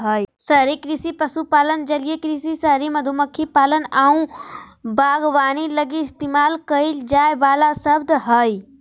शहरी कृषि पशुपालन, जलीय कृषि, शहरी मधुमक्खी पालन आऊ बागवानी लगी इस्तेमाल कईल जाइ वाला शब्द हइ